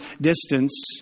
distance